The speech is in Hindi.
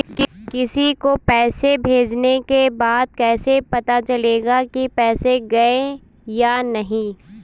किसी को पैसे भेजने के बाद कैसे पता चलेगा कि पैसे गए या नहीं?